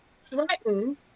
threaten